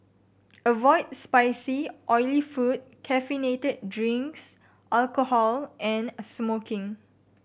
avoid spicy oily food caffeinated drinks alcohol and a smoking